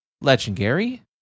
Legendary